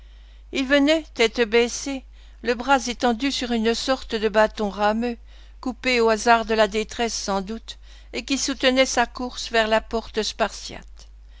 il venait tête baissée le bras étendu sur une sorte de bâton rameux coupé au hasard de la détresse sans doute et qui soutenait sa course vers la porte spartiate